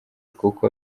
kuko